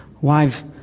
Wives